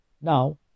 Now